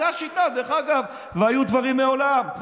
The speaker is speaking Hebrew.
זו השיטה, דרך אגב, והיו דברים מעולם.